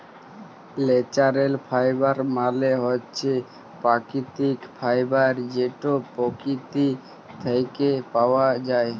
ল্যাচারেল ফাইবার মালে হছে পাকিতিক ফাইবার যেট পকিতি থ্যাইকে পাউয়া যায়